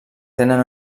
tenen